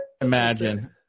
Imagine